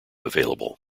available